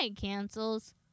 Cancels